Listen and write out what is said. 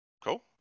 Cool